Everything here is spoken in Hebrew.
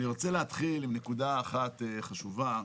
אני רוצה להתחיל עם נקודה אחת חשובה,